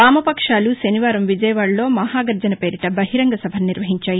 వామపక్షాలు శనివారం విజయవాదలో మహాగర్జన పేరిట బహిరంగ సభను నిర్వహించాయి